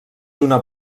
una